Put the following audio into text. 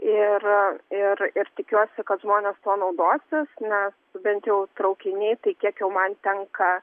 ir ir ir tikiuosi kad žmonės tuo naudosis nes bent jau traukiniai tai kiek jau man tenka